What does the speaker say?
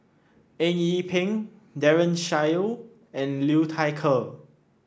Eng Yee Peng Daren Shiau and Liu Thai Ker